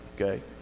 okay